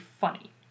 funny